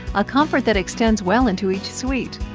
a comfort that extends well into each suite.